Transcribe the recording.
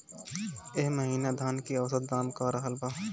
एह महीना धान के औसत दाम का रहल बा?